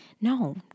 No